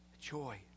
joy